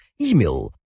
email